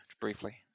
briefly